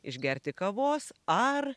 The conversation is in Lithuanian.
išgerti kavos ar